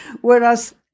Whereas